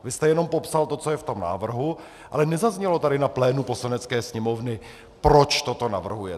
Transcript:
Vy jste jenom popsal to, co je v tom návrhu, ale nezaznělo tady na plénu Poslanecké sněmovny, proč toto navrhujete.